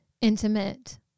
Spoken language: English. intimate